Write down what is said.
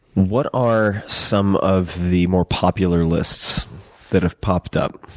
what are some of the more popular lists that have popped up?